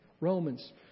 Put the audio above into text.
Romans